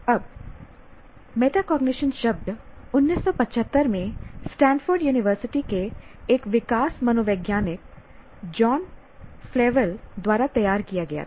अब मेटकॉग्निशन शब्द 1975 में स्टैनफोर्ड यूनिवर्सिटी के एक विकास मनोवैज्ञानिक जॉन फ्लेवेल द्वारा तैयार किया गया था